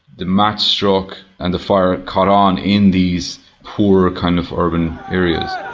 the match struck and the fire caught on in these poor kind of urban areas.